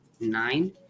Nine